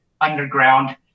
underground